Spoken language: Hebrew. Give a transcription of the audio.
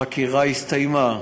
החקירה הסתיימה,